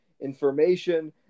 information